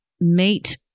meet